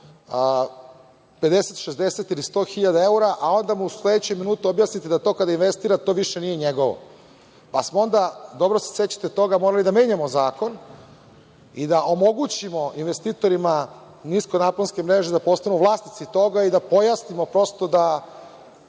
50, 60 ili 100 hiljada eura, a onda mu u sledećem minutu objasnite da to kada investira da to više nije njegovo. Pa smo onda, dobro se sećate toga, morali da menjamo zakon i da omogućimo investitorima niskonaponske mreže da postanu vlasnici toga i da pojasnimo prosto da